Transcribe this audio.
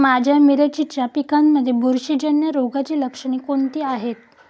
माझ्या मिरचीच्या पिकांमध्ये बुरशीजन्य रोगाची लक्षणे कोणती आहेत?